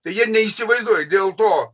tai jie neįsivaizduoja dėl to